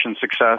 success